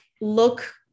look